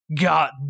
got